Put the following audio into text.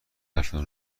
حرفتان